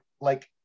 like-